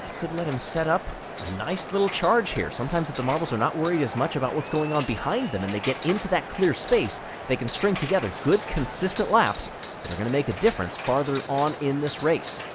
could let him set up a nice little charge here. sometimes, if the marbles are not worried as much about what's going on behind them, and they get into that clear space they can string together good consistent laps, that are gonna make a difference farther on in this race.